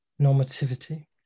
normativity